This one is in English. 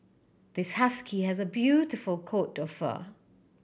this husky has a beautiful coat of fur